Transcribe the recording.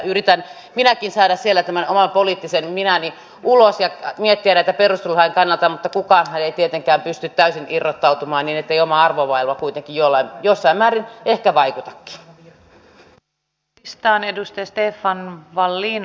yritän minäkin saada siellä tämän oman poliittisen minäni ulos ja miettiä näitä perustuslain kannalta mutta kukaanhan ei tietenkään pysty täysin siitä irrottautumaan vaan oma arvomaailma kuitenkin jossain määrin ehkä vaikuttaakin